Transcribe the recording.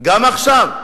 גם עכשיו,